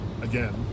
again